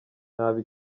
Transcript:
nabi